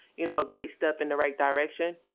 you know, a great step in the right direction.